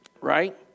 right